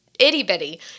itty-bitty